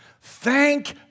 Thank